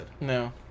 No